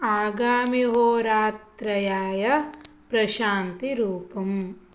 आगामिहोरात्रयाय प्रशान्तिरूपम्